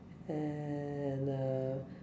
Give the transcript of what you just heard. and uh